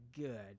good